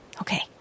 okay